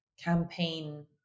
campaign